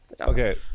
okay